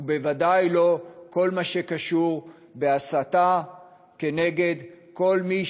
ובוודאי לא כל מה שקשור בהסתה כנגד כל מי